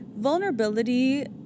vulnerability